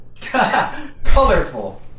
Colorful